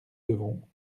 devons